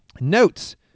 Notes